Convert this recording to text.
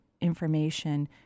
information